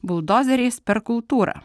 buldozeriais per kultūrą